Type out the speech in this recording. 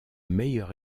meilleur